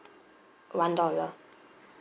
one dollar